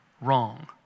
wrong